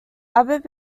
abbott